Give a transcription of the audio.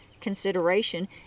consideration